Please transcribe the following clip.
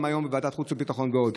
גם היום בוועדת החוץ והביטחון ועוד.